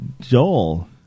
Joel